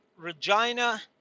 Regina